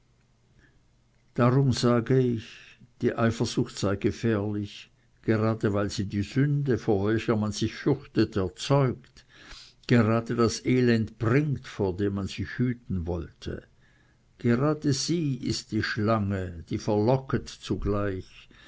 darum sage ich sei die eifersucht gefährlich gerade weil sie die sünde vor welcher man sich fürchtet erzeugt gerade das elend bringt vor dem man sich hüten wollte gerade sie ist die schlange die verlocket zugleich